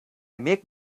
make